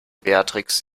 beatrix